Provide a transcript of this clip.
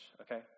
okay